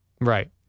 Right